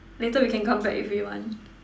later we can come back if we want